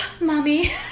Mommy